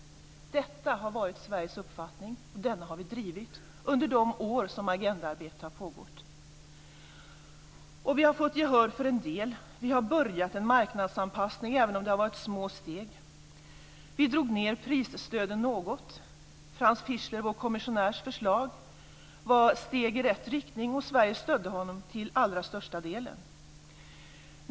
Detta har varit Sveriges uppfattning, och denna har vi drivit under de år som agendaarbetet har pågått. Och vi har fått gehör för en del. Vi har påbörjat en marknadsanpassning, även om det har varit små steg. Vi drog ned prisstöden något. Vår kommissionär Franz Fischlers förslag var steg i rätt riktning, och Sverige stödde honom till allra största delen.